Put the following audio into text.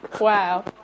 Wow